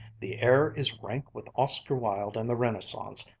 the air is rank with oscar wilde and the renaissance.